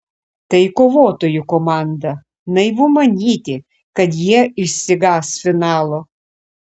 tai kovotojų komanda naivu manyti kad jie išsigąs finalo